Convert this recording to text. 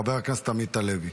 חבר הכנסת עמית הלוי.